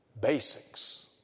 basics